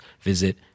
visit